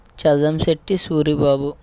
Chedamsetti Suribabu